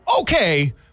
okay